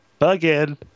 again